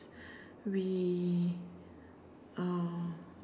we uh